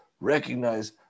recognize